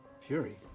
Fury